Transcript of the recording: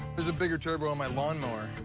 there's a bigger turbo on my lawnmower.